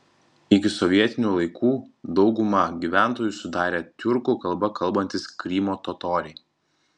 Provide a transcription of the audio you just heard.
iki sovietinių laikų daugumą gyventojų sudarė tiurkų kalba kalbantys krymo totoriai